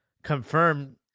Confirm